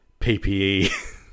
PPE